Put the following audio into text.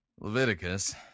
Leviticus